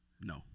no